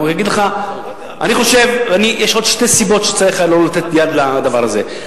אני חושב שיש עוד שתי סיבות שבגללן צריך היה לא לתת יד לדבר הזה.